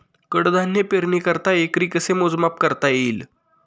कडधान्य पेरणीकरिता एकरी कसे मोजमाप करता येईल?